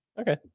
Okay